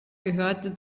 gehörte